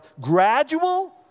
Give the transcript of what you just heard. Gradual